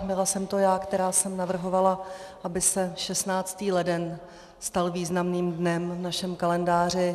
Byla jsem to já, která jsem navrhovala, aby se 16. leden stal významným dnem v našem kalendáři.